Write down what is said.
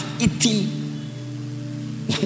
eating